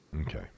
Okay